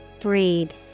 Breed